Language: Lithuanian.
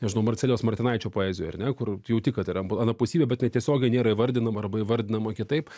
nežinau marcelijaus martinaičio poezijoj ar ne kur jauti kad yra anapusybė bet netiesiogiai nėra įvardinama arba įvardinama kitaip